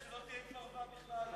משנה, שלא תהיה פרווה בכלל.